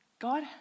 God